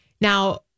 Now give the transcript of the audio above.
Now